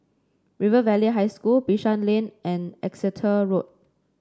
River Valley High School Bishan Lane and Exeter Road